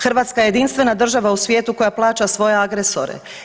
Hrvatska je jedinstvena država u svijetu koja plaće svoje agresore.